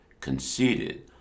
conceited